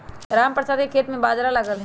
रामप्रसाद के खेत में बाजरा लगल हई